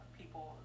people